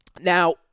Now